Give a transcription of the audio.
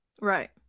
right